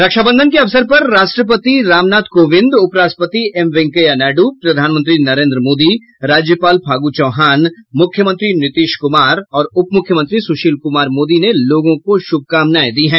रक्षाबंधन के अवसर पर राष्ट्रपति रामनाथ कोविंद उपराष्ट्रपति एम वेंकैया नायडू प्रधानमंत्री नरेन्द्र मोदी राज्यपाल फागु चौहान मुख्यमंत्री नीतीश कुमार और उप मुख्यमंत्री सुशील कुमार मोदी ने लोगों को शुभकामनाएं दी हैं